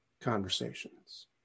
conversations